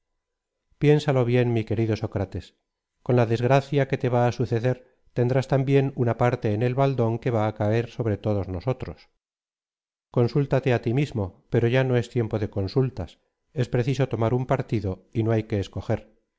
piénsalo bien mi querido sócrates con la desgracia que te va á suceder tendrás también una parte en el baldón que va á caer sobre todos nosotros consúltate á tí mismo pero ya no es tiempo de consultas es preciso tomar un partido y no hay que escoger